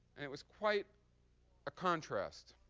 and it was quite a contrast.